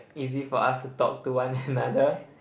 easy for us to talk to one another